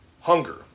hunger